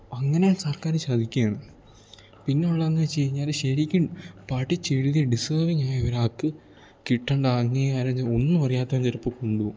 അങ്ങനെ സർക്കാർ ചതിക്കുകയാണ് പിന്നുള്ളതെന്നു വെച്ചു കഴിഞ്ഞാൽ ശരിക്കും പഠിച്ചെഴുതി ഡിസേർവിങ്ങായ ഒരാൾക്ക് കിട്ടേണ്ട അംഗീകാരങ്ങളൊന്നുമറിയാത്തവൻ ചിലപ്പം കൊണ്ടു പോകും